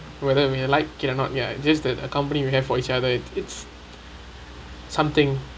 whether we like it or not ya just that accompany we have for each other it it's something